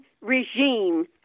regime